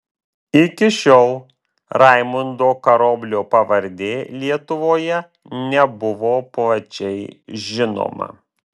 iki šiol raimundo karoblio pavardė lietuvoje nebuvo plačiai žinoma